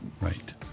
Right